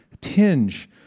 tinge